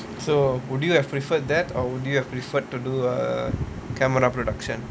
so would you have preferred that or would you have preferred to do a camera production